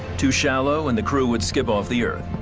too shallow and the crew would skip off the earth,